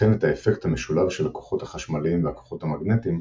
וכן את האפקט המשולב של הכוחות החשמליים והכוחות המגנטיים,